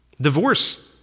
Divorce